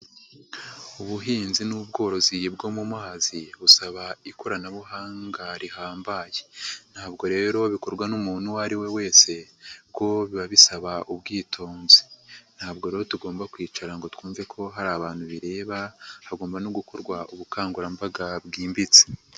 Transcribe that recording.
Ubuhinzi n'ubworozi bwo mu mazi busaba ikoranabuhanga rihambaye, ntabwo rero bikorwa n'umuntu uwo ari we wese kuko biba bisaba ubwitonzi, ntabwo rero tugomba kwicara ngo twumve ko hari abantu bireba hagomba no gukorwa ubukangurambaga bwimbitse.